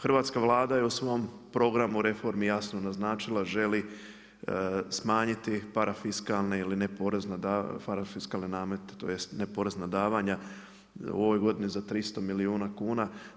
Hrvatska Vlada je u svom programu reformi jasno naznačila, želi smanjiti parafiskalne ili ne porez na, parafiskalni namet tj. neporezna davanja u ovoj godini za 300 milijuna kuna.